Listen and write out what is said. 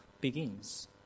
begins